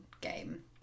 game